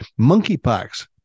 Monkeypox